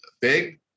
big